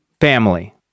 family